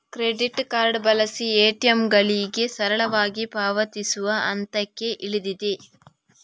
credit card ಬಳಸಿ ಎ.ಟಿ.ಎಂಗಳಿಗೆ ಸರಳವಾಗಿ ಪಾವತಿಸುವ ಹಂತಕ್ಕೆ ಇಳಿದಿದೆ